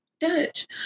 Dutch